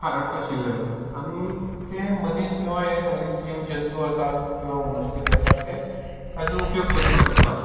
खारट नाशिल्लें आनी तें मनीस किंवा हें सगळें जीव जंतू आसात किंवा वनस्पती आसा ते ताजो उपयोग करपाक शकता